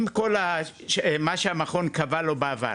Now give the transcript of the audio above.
עם כל מה שהמכון קבע לו בעבר